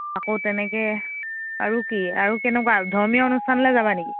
আকৌ তেনেকৈ আৰু কি আৰু কেনেকুৱা ধৰ্মীয় অনুষ্ঠানলৈ যাবা নেকি